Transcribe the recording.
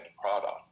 product